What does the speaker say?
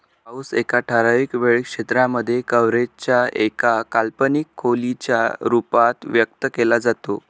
पाऊस एका ठराविक वेळ क्षेत्रांमध्ये, कव्हरेज च्या एका काल्पनिक खोलीच्या रूपात व्यक्त केला जातो